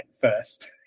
first